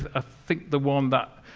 ah think the one that